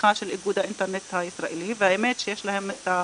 ובתמיכה של איגוד האינטרנט הישראלי והאמת שיש להם את הזכות,